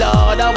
Lord